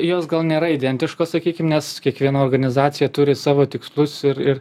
jos gal nėra identiškos sakykim nes kiekviena organizacija turi savo tikslus ir ir